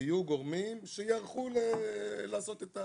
יהיו גורמים שייערכו לעשות את זה.